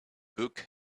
book